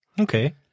Okay